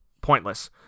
pointless